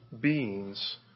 beings